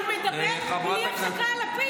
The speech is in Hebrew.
זה מדהים אותי שהוא מדבר בלי הפסקה על לפיד.